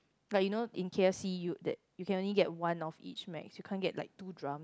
like you know in k_f_c you that you can only get one of each max you can't get two drum